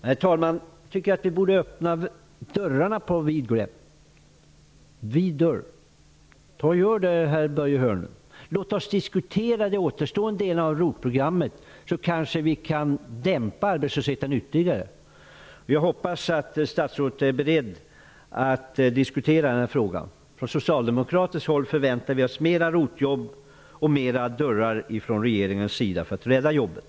Jag tycker, herr talman, att vi borde öppna alla dörrar på vid gavel. Gör det, herr Börje Hörnlund. Låt oss diskutera de återstående delarna av ROT programmet, så kanske vi kan dämpa arbetslösheten ytterligare. Jag hoppas att statsrådet är beredd att diskutera denna fråga. Från socialdemokratiskt håll förväntar vi oss mera ROT jobb och flera öppna dörrar från regeringens sida för att rädda jobben.